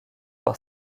par